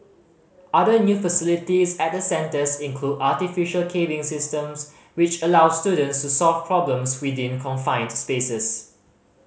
other new facilities at the centres include artificial caving systems which allow students to solve problems within confined spaces